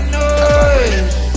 noise